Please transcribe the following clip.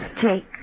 Jake